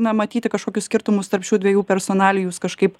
na matyti kažkokius skirtumus tarp šių dviejų personalijų jūs kažkaip